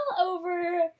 over